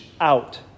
out